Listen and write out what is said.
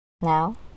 Now